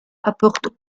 apporte